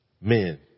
men